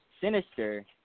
sinister